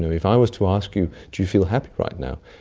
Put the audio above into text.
if i was to ask you, do you feel happy right now,